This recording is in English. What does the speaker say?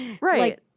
Right